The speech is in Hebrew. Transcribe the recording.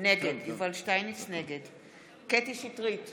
נגד קטי קטרין שטרית,